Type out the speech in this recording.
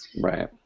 Right